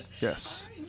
Yes